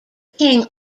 king